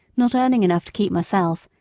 not earning enough to keep myself,